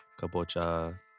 kabocha